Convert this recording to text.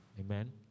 Amen